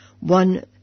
one